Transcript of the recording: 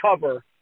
cover